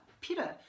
Peter